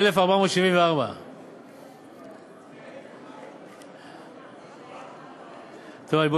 1474. רבותי,